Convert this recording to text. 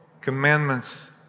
commandments